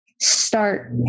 start